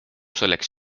selleks